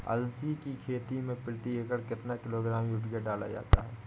अलसी की खेती में प्रति एकड़ कितना किलोग्राम यूरिया डाला जाता है?